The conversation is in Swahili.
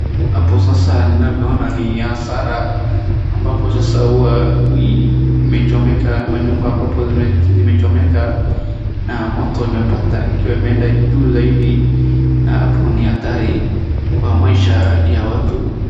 Hapo sasa ninavyo ona ni hasara ambapo sasa huwa ni imechomeka ama nyumba ambapo zimechomeka, na moto imepata ikiwa imeenda juu zaidi, na hapo ni hatari kwa maisha ya watu.